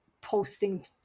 posting